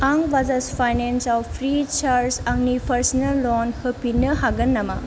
आं बाजाज फाइनान्सआव फ्रिसार्ज आंनि पार्स'नेल ल'न होफिन्नो हागोन नामा